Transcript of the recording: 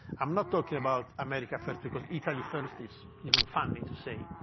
i'm not talking about america first, because italy first is even funny to say.